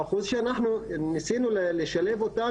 האחוז שאנחנו ניסינו לשלב אותן,